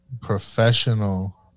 Professional